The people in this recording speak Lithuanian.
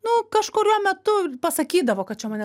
nu kažkuriuo metu pasakydavo kad čia mane